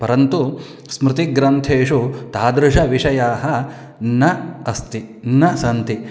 परन्तु स्मृतिग्रन्थेषु तादृशविषयाः न अस्ति न सन्ति